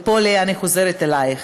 ופה, לאה, אני חוזרת אלייך.